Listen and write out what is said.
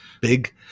big